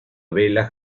velas